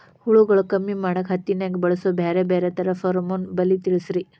ಹುಳುಗಳು ಕಮ್ಮಿ ಮಾಡಾಕ ಹತ್ತಿನ್ಯಾಗ ಬಳಸು ಬ್ಯಾರೆ ಬ್ಯಾರೆ ತರಾ ಫೆರೋಮೋನ್ ಬಲಿ ತಿಳಸ್ರಿ